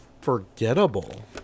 forgettable